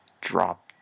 Drop